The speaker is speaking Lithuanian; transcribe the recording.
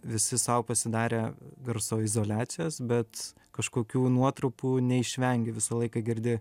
visi sau pasidarę garso izoliacijas bet kažkokių nuotrupų neišvengi visą laiką girdi